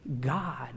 God